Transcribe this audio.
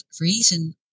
reason